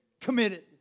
committed